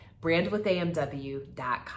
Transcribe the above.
brandwithamw.com